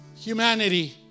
Humanity